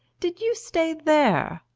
did you stay there?